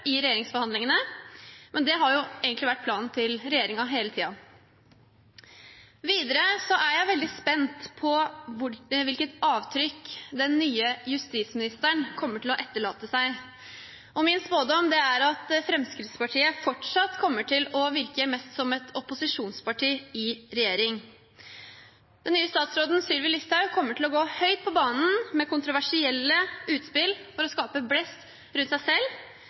i regjeringsforhandlingene. Men det har egentlig vært planen til regjeringen hele tiden. Videre er jeg veldig spent på hvilket avtrykk den nye justisministeren kommer til å etterlate seg. Min spådom er at Fremskrittspartiet fortsatt kommer til å virke mest som et opposisjonsparti i regjering. Den nye statsråden Sylvi Listhaug kommer til å gå høyt på banen med kontroversielle utspill for å skape blest rundt seg selv,